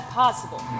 possible